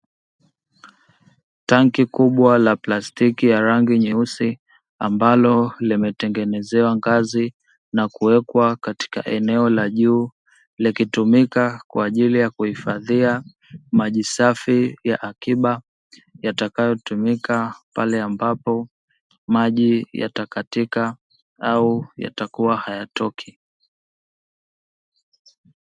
Tangi kubwa la plastiki la rangi nyeusi ambalo limetengenezewa ngazi na kuwekwa katika eneo la juu, likitumika kwa ajili ya kuhifadhia maji safi ya akiba yatakayotumika pale ambapo maji yatakatika au yatakua hayatoki.